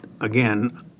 again